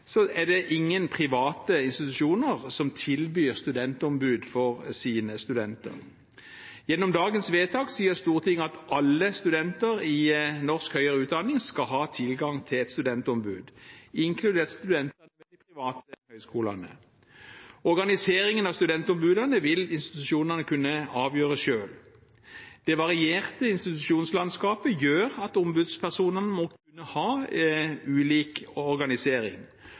er det ingen private institusjoner som tilbyr studentombud for sine studenter. Gjennom dagens vedtak sier Stortinget at alle studenter i norsk høyere utdanning skal ha tilgang til et studentombud, inkludert studentene ved de private høyskolene. Organiseringen av studentombudene vil institusjonene kunne avgjøre selv. Det varierte institusjonslandskapet gjør at ombudspersonene må kunne ha ulik organisering